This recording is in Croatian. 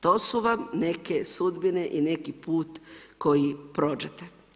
To su vam neke sudbine i neki put koji prođete.